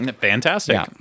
Fantastic